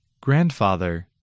Grandfather